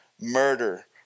murder